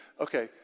okay